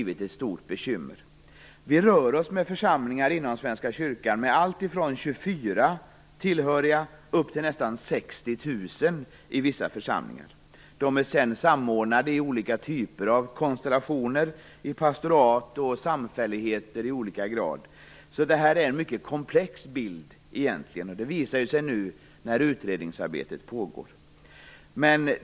Vi rör oss inom Svenska kyrkan med församlingar med alltifrån 24 tillhöriga upp till nästan 60 000. De är samordnade i olika typer av konstellationer - i pastorat och samfälligheter i olika grad. Det är egentligen en mycket komplex bild. Det visar sig nu när utredningsarbetet pågår.